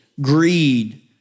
greed